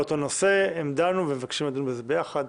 שתיהן באותו נושא, הם דנו ומבקשים לדון בזה יחד.